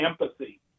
empathy